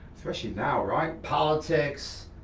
especially now, right? politics,